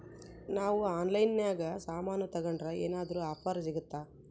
ನಾವು ಆನ್ಲೈನಿನಾಗ ಸಾಮಾನು ತಗಂಡ್ರ ಏನಾದ್ರೂ ಆಫರ್ ಸಿಗುತ್ತಾ?